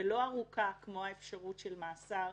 ולא ארוכה כמו האפשרות של מאסר,